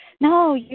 no